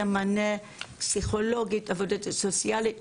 מענה פסיכולוגי או של עובדת סוציאלית.